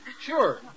Sure